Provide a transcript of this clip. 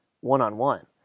one-on-one